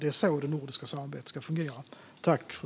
Det är så det nordiska samarbetet ska fungera.